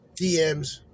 DMs